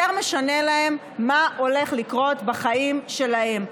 יותר משנה להם מה הולך לקרות בחיים שלהם,